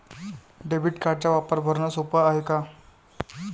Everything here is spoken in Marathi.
डेबिट कार्डचा वापर भरनं सोप हाय का?